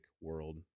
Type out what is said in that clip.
world